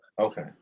Okay